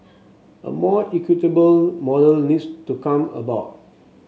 a more equitable model needs to come about